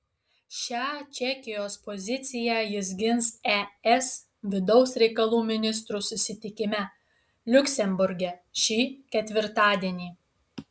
šią čekijos poziciją jis gins es vidaus reikalų ministrų susitikime liuksemburge šį ketvirtadienį